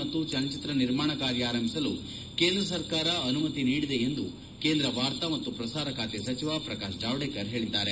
ಮತ್ತು ಚಲನಚಿತ್ರ ನಿರ್ಮಾಣ ಕಾರ್ಯ ಆರಂಭಿಸಲು ಕೇಂದ್ರ ಸರ್ಕಾರ ಅನುಮತಿ ನೀಡಿದೆ ಎಂದು ಕೇಂದ್ರ ವಾರ್ತಾ ಮತ್ತು ಪ್ರಸಾರ ಬಾತೆ ಸಚಿವ ಪ್ರಕಾಶ್ ಜಾವಡೇಕರ್ ಹೇಳಿದ್ದಾರೆ